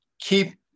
keep